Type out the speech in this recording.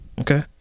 Okay